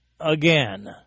again